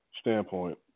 standpoint